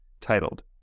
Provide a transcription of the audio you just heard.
titled